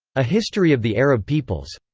a history of the arab peoples.